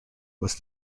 was